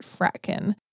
Fratkin